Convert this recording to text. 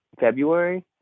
February